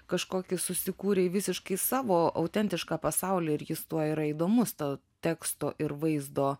kažkokį susikūrei visiškai savo autentišką pasaulį ir jis tuo yra įdomus to teksto ir vaizdo